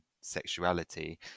sexuality